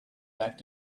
back